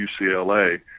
UCLA